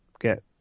get